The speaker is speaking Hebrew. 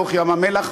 לאורך ים-המלח,